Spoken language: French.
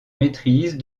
maîtrise